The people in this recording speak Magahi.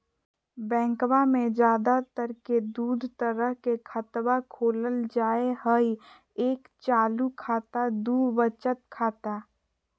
बैंकवा मे ज्यादा तर के दूध तरह के खातवा खोलल जाय हई एक चालू खाता दू वचत खाता